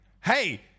Hey